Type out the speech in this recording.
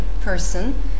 person